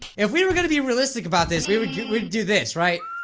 if we were gonna be realistic about this we would do would do this right